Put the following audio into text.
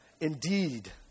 Indeed